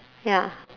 ya